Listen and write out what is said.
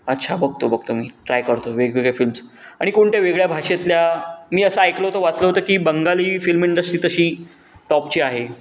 अच्छा बघतो बघतो मी ट्राय करतो वेगवेगळ्या फिम्स आणि कोणत्या वेगळ्या भाषेतल्या मी असं ऐकलं होतं वाचलं होतं की बंगाली फिल्म इंडस्ट्री तशी टॉपची आहे